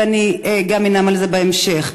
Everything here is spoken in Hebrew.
ואני גם אנאם על זה בהמשך,